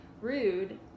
rude